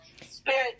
spirit